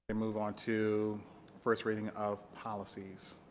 and move on to first reading of policies.